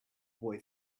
boy